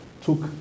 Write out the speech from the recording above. took